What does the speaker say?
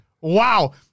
Wow